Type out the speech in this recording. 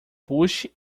puxe